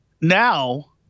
now